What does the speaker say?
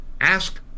Ask